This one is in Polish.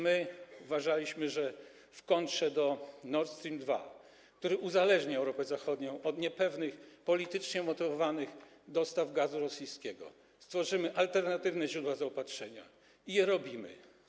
My uważaliśmy, że w kontrze do Nord Stream 2, który uzależnia Europę Zachodnią od niepewnych, politycznie motywowanych dostaw gazu rosyjskiego, stworzymy alternatywne źródła zaopatrzenia, i to robimy.